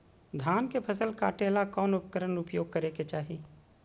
धान के फसल काटे ला कौन उपकरण उपयोग करे के चाही?